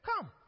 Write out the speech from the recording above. come